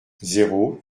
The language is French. zéro